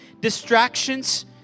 distractions